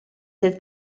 del